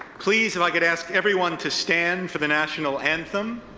please, if i could ask everyone to stand for the national anthem,